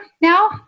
now